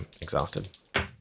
exhausted